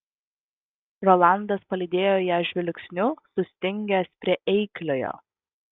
rolandas palydėjo ją žvilgsniu sustingęs prie eikliojo